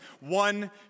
one